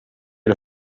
too